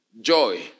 joy